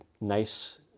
nice